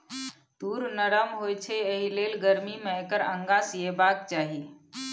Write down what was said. तूर नरम होए छै एहिलेल गरमी मे एकर अंगा सिएबाक चाही